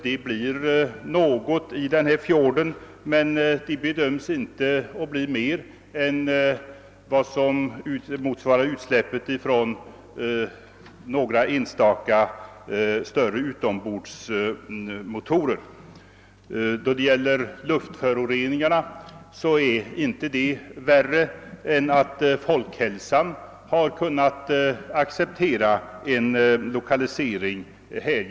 Det blir något utsläpp av olja i fjorden, men det blir inte mera än vad som motsvarar utsläppet från några enstaka större utombordsmotorer. Luftföroreningarna är inte värre än att Folkhälsan kunnat acceptera en lokalisering till Brofjorden.